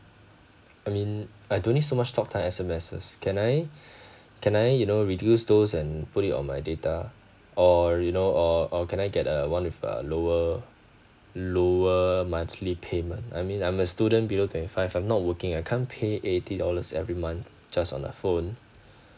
I mean I don't need so much talk time S_M_Ses can I can I you know reduce those and put it on my data or you know or or can I get a one with a lower lower monthly payment I mean I'm a student below twenty five I'm not working I can't pay eighty dollars every month just on a phone